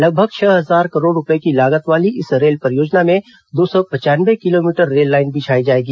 लगभग छह हजार करोड़ रूपये की लागत वाले इस रेल परियोजना में दो सौ पचानवे किलोमीटर रेललाइन बिछायी जाएगी